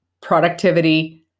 productivity